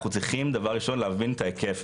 אנחנו צריכים דבר ראשון להבין את ההיקף,